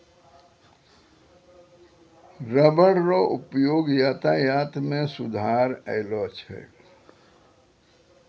rubber रो उपयोग यातायात मे सुधार अैलौ छै